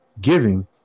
giving